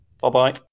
Bye-bye